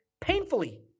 painfully